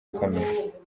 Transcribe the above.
camera